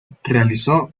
realizó